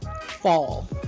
fall